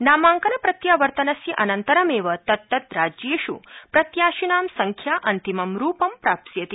नामांकन प्रत्यावर्तनस्य अनन्तरम् एव तत्तद राज्येष् प्रत्याशिनां संख्या अंतिमं रूपं प्राप्स्यति